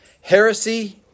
heresy